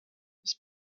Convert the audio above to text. das